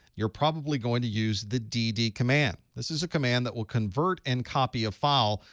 you're probably going to use the dd command. this is a command that will convert and copy a file,